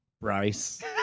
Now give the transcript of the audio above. Bryce